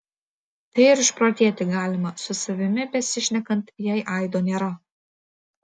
tai ir išprotėti galima su savimi besišnekant jei aido nėra